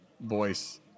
voice